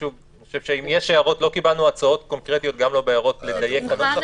לא קיבלנו הצעות קונקרטיות גם לא בהערות לדייק את הנוסח,